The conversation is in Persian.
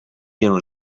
گرون